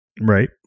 Right